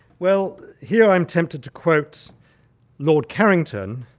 well, here i'm tempted to quote lord carrington,